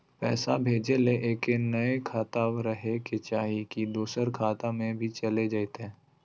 पैसा भेजे ले एके नियर खाता रहे के चाही की दोसर खाता में भी चलेगा जयते?